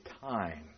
time